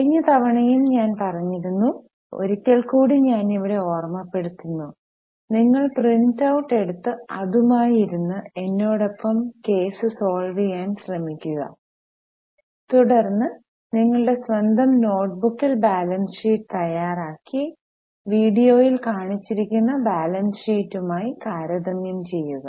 കഴിഞ്ഞ തവണയും ഞാൻ പറഞ്ഞിരുന്നു ഒരിക്കൽ കൂടി ഞാൻ ഇവിടെ ഓർമ്മപ്പെടുത്തുന്നു നിങ്ങൾ പ്രിന്റൌട്ട് എടുത്ത് അതുമായി ഇരുന്നു എന്നോടൊപ്പം കേസ് സോൾവ് ചെയ്യാൻ ശ്രമിക്കുക തുടർന്ന് നിങ്ങളുടെ സ്വന്തം നോട്ട്ബുക്കിൽ ബാലൻസ് ഷീറ്റ് തയ്യാറാക്കി വീഡിയോയിൽ കാണിച്ചിരിക്കുന്ന ബാലൻസ് ഷീറ്റുമായി താരതമ്യം ചെയ്യുക